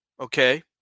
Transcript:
Okay